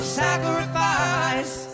sacrifice